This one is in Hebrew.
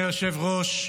אדוני היושב-ראש,